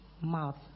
mouth